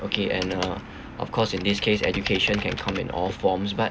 okay and uh of course in this case education can come in all forms but